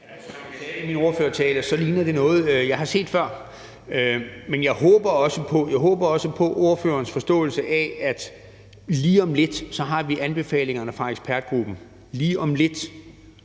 (V): Som jeg sagde i min ordførertale, ligner det noget, jeg har set før. Men jeg håber også på ordførerens forståelse for, at lige om lidt har vi anbefalingerne fra ekspertgruppen, lige om lidt